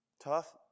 Tough